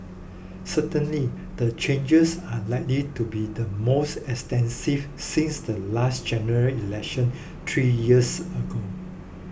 certainly the changes are likely to be the most extensive since the last General Election three years ago